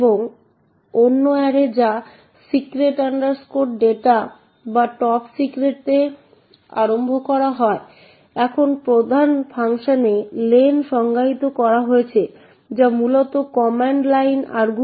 এখানে 100 বাইটের একটি user string রয়েছে এবং এই user stringটি প্রধান সেট ফাংশন ব্যবহার করে 0 এ সেট করা হয়েছে এবং সেখানে একটি strcpy আছে